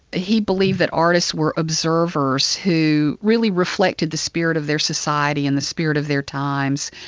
he believed that artists were observers who really reflected the spirit of their society and the spirit of their times,